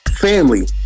Family